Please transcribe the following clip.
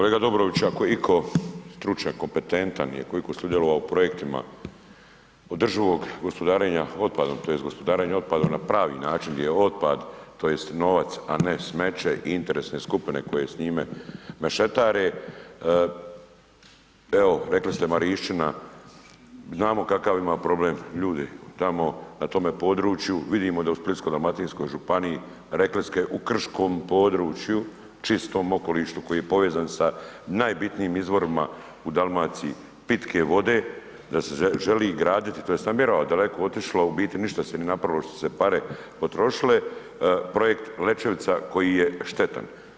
Kolega Dobrović, ako je itko stručan, kompetentan i koliko je sudjelovao u projektima održivog gospodarenja otpada tj. gospodarenja otpadom na pravi način gdje je otpad tj. novac, a ne smeće interesne skupine koji s njima mešetare, evo rekli ste Marišćina, znamo kakav ima problem ljudi tamo, na tome području, vidimo da u Splitsko-dalmatinsko županiji, rekli ste u krškom području, čistom okolišu koji je povezan sa najbitnijim izvorima u Dalmaciji pitke vode da se želi graditi tj. namjerava daleko otišlo, a u biti ništa se nije napravilo što se pare potrošile, Projekt Lećevica koji je štetan.